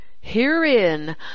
Herein